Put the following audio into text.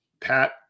pat